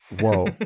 whoa